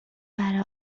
برا